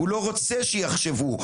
הוא לא רוצה שיחשבו.